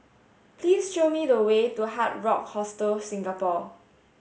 please show me the way to Hard Rock Hostel Singapore